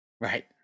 right